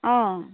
অঁ